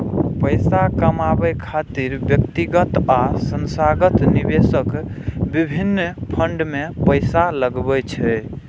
पैसा कमाबै खातिर व्यक्तिगत आ संस्थागत निवेशक विभिन्न फंड मे पैसा लगबै छै